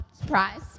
surprise